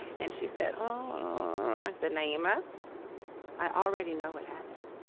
and she said oh i said naima i already know what happened.